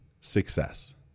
success